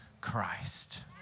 Christ